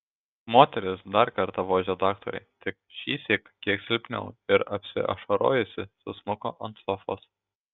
moteris dar kartą vožė daktarui tik šįsyk kiek silpniau ir apsiašarojusi susmuko ant sofos